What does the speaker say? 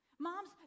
Moms